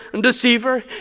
deceiver